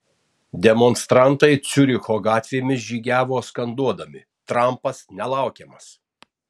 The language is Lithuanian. demonstrantai ciuricho gatvėmis žygiavo skanduodami trampas nelaukiamas